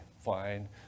fine